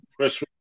Chris